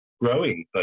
growing